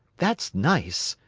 that's nice!